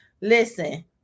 Listen